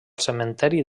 cementeri